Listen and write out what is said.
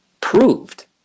proved